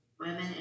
women